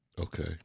Okay